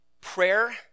Prayer